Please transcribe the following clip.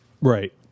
Right